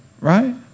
right